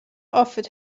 offered